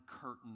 curtain